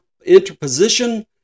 interposition